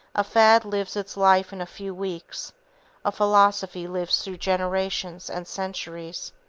a fad lives its life in a few weeks a philosophy lives through generations and centuries.